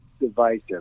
divisive